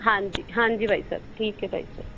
ਹਾਂਜੀ ਹਾਂਜੀ ਬਾਈ ਸਾਹਿਬ ਠੀਕ ਹੈ ਬਾਈ ਸਾਹਿਬ